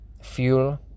fuel